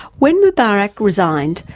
when mubarak resigned,